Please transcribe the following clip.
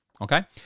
okay